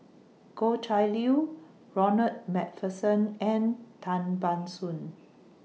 Goh Chiew Lye Ronald MacPherson and Tan Ban Soon